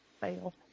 Fail